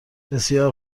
بسیار